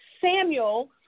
Samuel